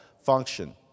function